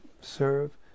serve